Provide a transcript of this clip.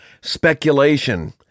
speculation